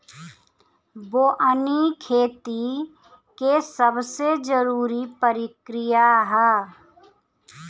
बोअनी खेती के सबसे जरूरी प्रक्रिया हअ